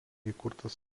įkurtas